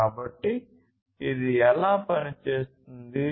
కాబట్టి ఇది ఎలా పని చేస్తుంది